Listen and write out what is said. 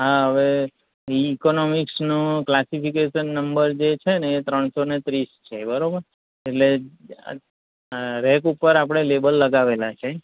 હા હવે ઇકોનોમિક્સનું ક્લાસિફિકેશન નંબર જે છે ને એ ત્રણસો ને ત્રીસ છે બરોબર એટલે રેક ઉપર આપણે લેબલ લગાવેલાં છે